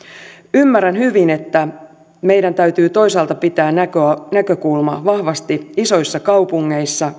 ymmärrän hyvin että meidän täytyy toisaalta pitää näkökulma näkökulma vahvasti isoissa kaupungeissa